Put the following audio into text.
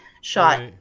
shot